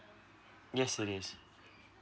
yes it is